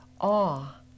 awe